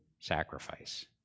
sacrifice